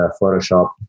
Photoshop